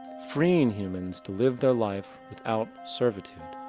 freeing humans to live their life without servitude.